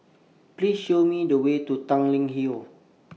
Please Show Me The Way to Tanglin Hill